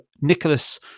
Nicholas